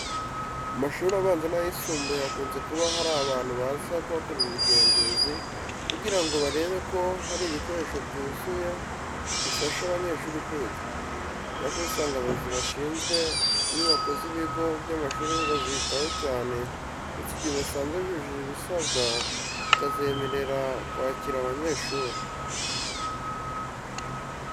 Mu mashuri abanza n'ayisumbuye hakunze kuba hari abantu baza kuhakorera ubugenzuzi kugira ngo barebe ko hari ibikoresho byuzuye bifasha abanyeshuri kwiga. Icyakora usanga abayobozi bashinzwe inyubako z'ibigo by'amashuri bazitaho cyane ndetse igihe basanze zujuje ibisabwa bakazemerera kwakira abanyeshuri.